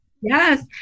Yes